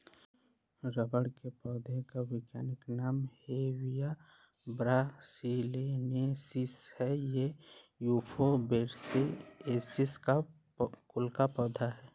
rubber के पेड़ का वैज्ञानिक नाम हेविया ब्रासिलिनेसिस है ये युफोर्बिएसी कुल का पौधा है